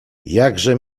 jakże